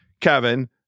Kevin